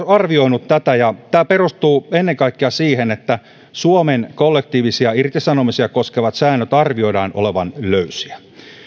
arvioinut tätä ja tämä perustuu ennen kaikkea siihen että suomen kollektiivisia irtisanomisia koskevien sääntöjen arvioidaan olevan löysiä